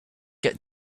get